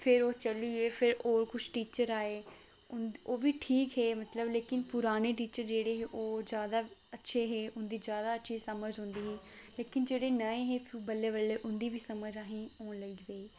फिर ओह् चली गे फिर और किश टीचर आए उं'दे ओह् बी ठीक हे मतलब लेकिन पुराने टीचर जेह्ड़े हे ओह् जैदा अच्छे हे उं'दी जैदा अच्छी समझ औंदी ही लेकिन जेह्ड़े नमें हे बल्लें बल्लें उं'दी बी समझ असें गी औन लगी पेई